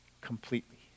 completely